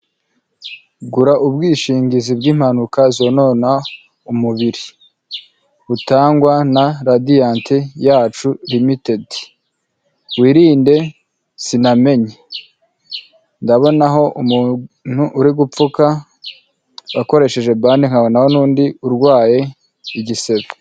Gura ubwishingizi bw'impanuka zonona umubiri, butangwa na radiyanti yacu limitedi wirinde sinamenye, ndabonaho uri gupfuka akoresheje bande, nkabona n'undi urwaye igisebe.